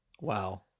Wow